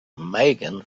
megan